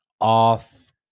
off